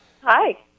Hi